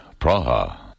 Praha